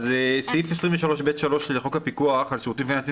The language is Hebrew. סעיף 23(ב3) לחוק הפיקוח על שירותים פיננסיים